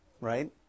right